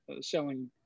selling